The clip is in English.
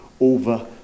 over